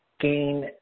gain